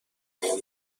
همین